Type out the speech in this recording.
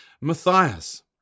Matthias